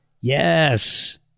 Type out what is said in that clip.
Yes